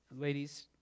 Ladies